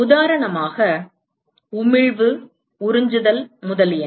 உதாரணமாக உமிழ்வு உறிஞ்சுதல் முதலியன